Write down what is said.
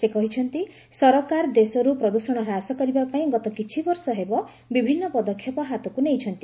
ସେ କହିଛନ୍ତି ସରକାର ଦେଶରୁ ପ୍ରଦୂଷଣ ହ୍ରାସ କରିବା ପାଇଁ ଗତ କିଛି ବର୍ଷ ହେବ ବିଭିନ୍ନ ପଦକ୍ଷେପ ହାତକୁ ନେଇଛନ୍ତି